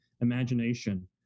imagination